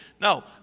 No